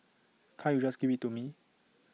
can't you just give IT to me